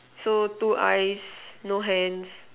so two eyes no hands